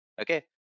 Okay